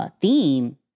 theme